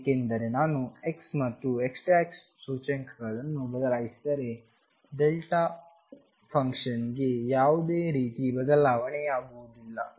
ಏಕೆಂದರೆ ನಾನು x ಮತ್ತು x ಸೂಚ್ಯಂಕಗಳನ್ನು ಬದಲಾಯಿಸಿದರೆ ಡೆಲ್ಟಾ ಫಂಕ್ಷನ್ಗೆ ಯಾವುದೇ ರೀತಿ ಬದಲಾವಣೆ ಆಗುವುದಿಲ್ಲ